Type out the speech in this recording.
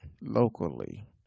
locally